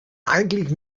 eigentlich